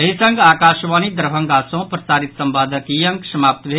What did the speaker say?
एहि संग आकाशवाणी दरभंगा सँ प्रसारित संवादक ई अंक समाप्त भेल